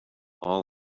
all